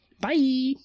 Bye